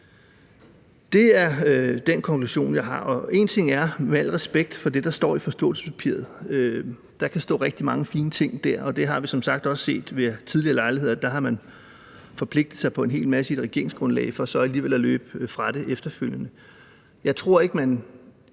Det er den konklusion, som jeg har. Én ting er, med al respekt for det, der står i forståelsespapiret – og der kan der stå rigtig mange fine ting, og vi har som sagt også set ved tidligere lejligheder, at man har forpligtet sig på en hel masse i et regeringsgrundlag for så alligevel at løbe fra det efterfølgende – men jeg tror ikke, at